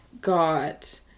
got